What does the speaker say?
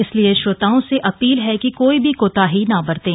इसलिए श्रोताओं से अपील है कि कोई भी कोताही न बरतें